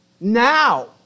now